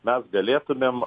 mes galėtumėm